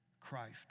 Christ